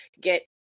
get